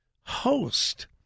host